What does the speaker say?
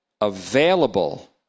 available